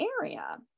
area